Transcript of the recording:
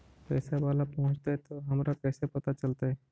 पैसा बाला पहूंचतै तौ हमरा कैसे पता चलतै?